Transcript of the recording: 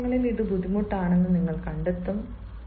ചില സമയങ്ങളിൽ ഇത് ബുദ്ധിമുട്ടാണെന്ന് നിങ്ങൾ കണ്ടെത്തും